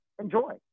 Enjoy